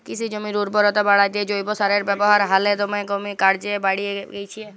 কিসি জমির উরবরতা বাঢ়াত্যে জৈব সারের ব্যাবহার হালে দমে কর্যে বাঢ়্যে গেইলছে